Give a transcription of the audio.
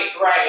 right